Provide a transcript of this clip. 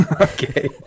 okay